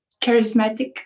charismatic